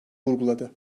vurguladı